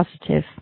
positive